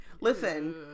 Listen